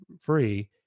free